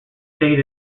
stayed